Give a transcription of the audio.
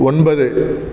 ஒன்பது